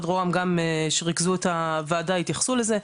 רוה"מ גם שריכזו את הוועדה התייחסו לזה.